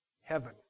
heaven